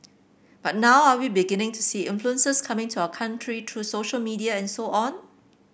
but now are we beginning to see influences coming to our country through social media and so on